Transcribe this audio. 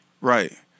Right